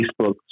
Facebook